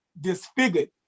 disfigured